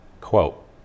Quote